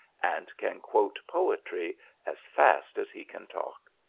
and can quote poetry as fast as he can talk.